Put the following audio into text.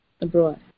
abroad